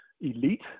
elite